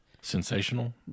Sensational